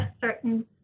certain